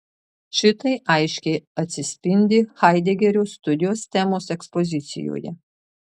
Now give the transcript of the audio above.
šitai aiškiai atsispindi haidegerio studijos temos ekspozicijoje